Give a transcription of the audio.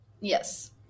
yes